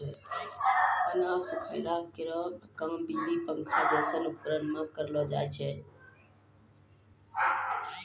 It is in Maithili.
अनाज सुखाय केरो काम बिजली पंखा जैसनो उपकरण सें करलो जाय छै?